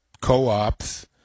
co-ops